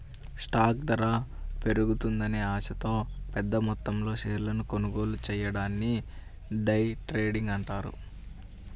stock ధర పెరుగుతుందనే ఆశతో పెద్దమొత్తంలో షేర్లను కొనుగోలు చెయ్యడాన్ని డే ట్రేడింగ్ అంటారు